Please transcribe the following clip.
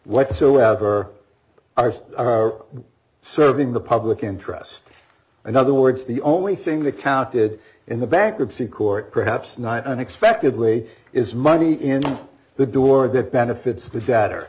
whatsoever are serving the public interest in other words the only thing that counted in the bankruptcy court perhaps not unexpectedly is money in the door that benefits